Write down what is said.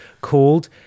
called